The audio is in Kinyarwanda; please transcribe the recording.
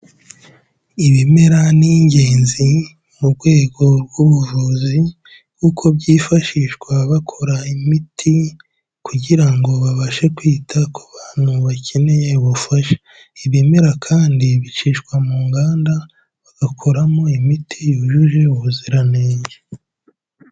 Ibimera ni iningenzi mu rwego rw'ubuvuzi kuko byifashishwa bakora imiti kugira ngo babashe kwita ku bantu bakeneye ubufasha, ibimera kandi bicishwa mu nganda bagakoramo imiti yujuje ubuziranenge.